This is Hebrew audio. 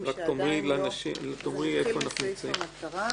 נתחיל מסעיף המטרה.